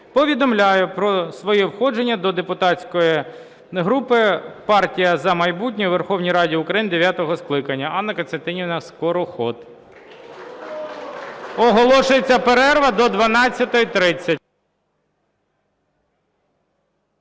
повідомляю про своє входження до депутатської групи "Партія "За майбутнє" у Верховній Раді України дев'ятого скликання". Анна Костянтинівна Скороход. Оголошується перерва до 12:30.